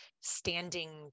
standing